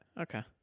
Okay